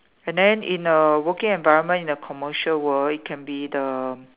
and then in the working environment in the commercial world it can be the